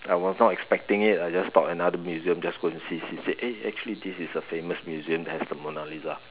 I was not expecting it I just thought another museum just go and see see eh actually this is a famous museum that has the Mona-Lisa